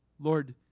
Lord